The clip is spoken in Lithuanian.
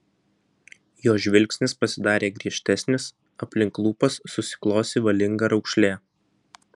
jo žvilgsnis pasidarė griežtesnis aplink lūpas susiklosi valinga raukšlė